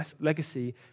legacy